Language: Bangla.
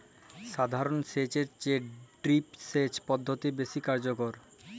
সাধারণ সেচ এর চেয়ে ড্রিপ সেচ পদ্ধতি বেশি কার্যকর